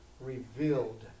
revealed